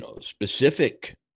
specific